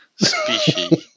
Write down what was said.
species